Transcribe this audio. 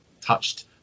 touched